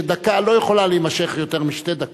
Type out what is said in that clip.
שדקה לא יכולה להימשך יותר משתי דקות.